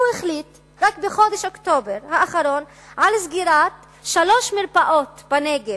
הוא החליט רק בחודש אוקטובר האחרון על סגירת שלוש מרפאות בנגב,